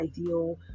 ideal